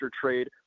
trade